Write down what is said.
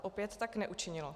Opět tak neučinilo.